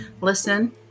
listen